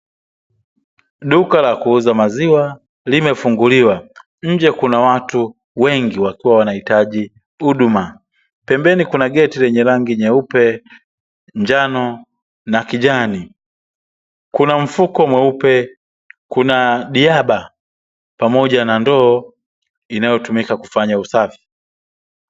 Duka la kuuza maziwa limefunguliwa, nje kuna watu wengi wakiwa wanahitaji huduma. Pembeni kuna geti lenye rangi nyeupe, njano na kijani. Kuna mfuko mweupe, kuna jaba pamoja na ndo inayotumika kufanya usafi.